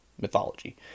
mythology